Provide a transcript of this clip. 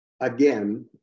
Again